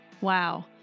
Wow